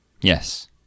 Yes